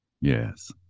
yes